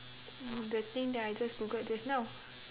the thing that I just googled just now